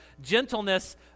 gentleness